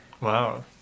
Wow